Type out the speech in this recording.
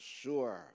sure